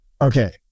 Okay